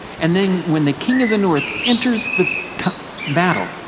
and then when the king of the north enters the battle,